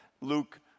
Luke